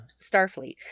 Starfleet